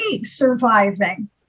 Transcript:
surviving